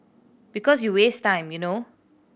because you waste time you know